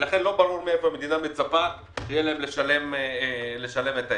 לא ברור מאיפה המדינה מצפה שיהיה להם לשלם את ההיטל.